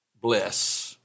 bless